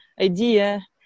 idea